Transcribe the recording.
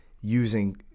using